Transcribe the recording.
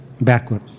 backward